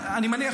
אני מניח,